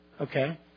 Okay